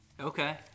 Okay